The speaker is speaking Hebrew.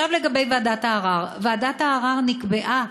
לגבי ועדת הערר, ועדת הערר נקבעה